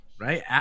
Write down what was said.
right